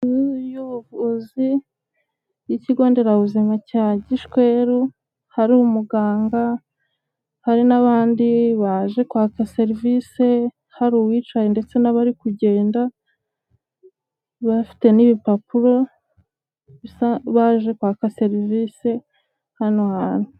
Inzu y'ubuvuzi, y'ikigo nderabuzima cya Gishweru, hari umuganga, hari n'abandi baje kwaka serivise, hari uwicaye, ndetse n'abari kugenda, bafite n'ibipapuro, bisa baje kwaka serivise hano hantu.